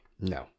no